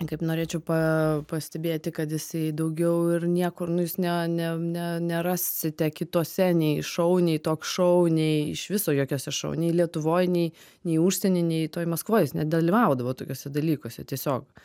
kaip norėčiau pa pastebėti kad jisai daugiau ir niekur nu jis ne ne ne nerasite kitose nei šauniai toks šou nei iš viso jokiuose šou nei lietuvoj nei nei užsieny nei toj maskvoj jis nedalyvaudavo tokiuose dalykuose tiesiog